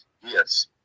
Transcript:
Yes